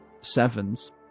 sevens